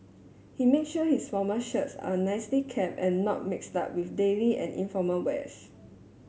he made sure his formal shirts are nicely kept and not mixed up with daily and informal wears